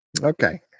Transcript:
Okay